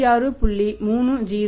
30 ரூபாய்